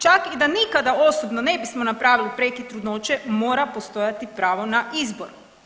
Čak i da nikada osobno ne bismo napravili prekid trudnoće mora postojati pravo na izbor.